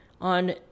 on